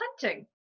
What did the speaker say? hunting